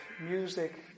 music